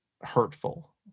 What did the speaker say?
hurtful